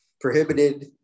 prohibited